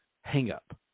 hang-up